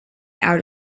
out